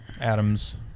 Adams